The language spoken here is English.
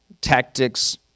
tactics